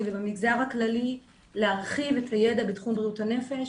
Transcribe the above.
ובמגזר הכללי להרחיב את הידע בתחום בריאות הנפש